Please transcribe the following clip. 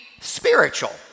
spiritual